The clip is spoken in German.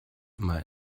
immer